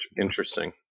Interesting